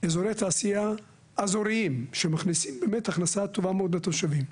אזורי תעשייה אזוריים שמכניסים הכנסה טובה מאוד לתושבים,